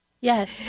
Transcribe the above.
Yes